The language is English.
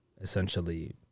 essentially